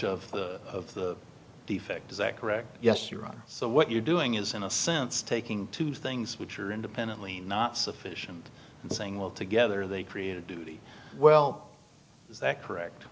of the defect is that correct yes your honor so what you're doing is in a sense taking two things which are independently not sufficient and saying well together they create a duty well is that correct